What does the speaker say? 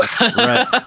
Right